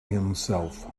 himself